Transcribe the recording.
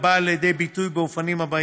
הבאה לידי ביטוי באופנים האלה: